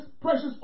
precious